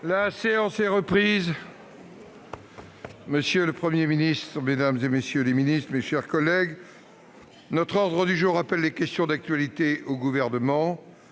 La séance est reprise. Monsieur le Premier ministre, mesdames, messieurs les ministres, mes chers collègues, l'ordre du jour appelle les réponses à des questions d'actualité au Gouvernement.